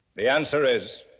the answer is